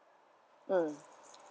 um